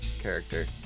character